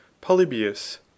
Polybius